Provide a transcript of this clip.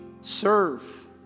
Serve